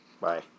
Bye